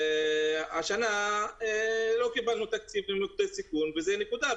השנה לא קיבלנו תקציב למוקדי סיכון וזו הנקודה.